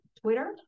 Twitter